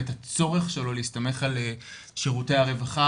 ואת הצורך שלו להסתמך שירותי הרווחה,